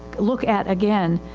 look at again,